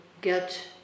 get